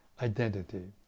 identity